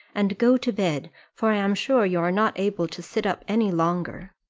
and go to bed for i am sure you are not able to sit up any longer.